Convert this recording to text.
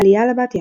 עליה לבתיה